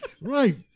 Right